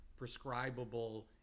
prescribable